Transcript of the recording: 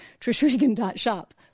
trishregan.shop